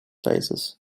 basis